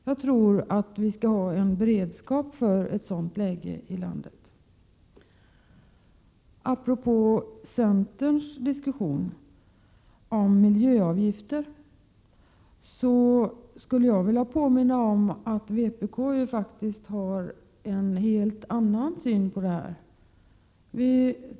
Jag tror att vi bör ha en beredskap för ett sådant läge i landet. Apropå centerns diskussion om miljöavgifter skulle jag vilja påminna om att vpk faktiskt har en helt annan syn på detta.